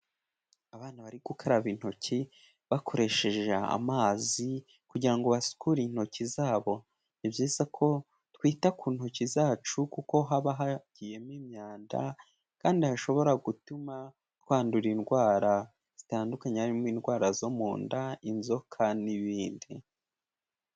Abana bari gukaraba intoki bakoresheje amazi kugira ngo basukure intoki zabo, ni byiza ko twita ku ntoki zacu kuko haba hagiyemo imyanda kandi hashobora gutuma twandura indwara zitandukanye, harimo indwara zo mu nda, inzoka n'ibindi.